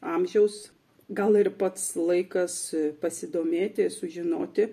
amžiaus gal ir pats laikas pasidomėti sužinoti